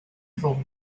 dro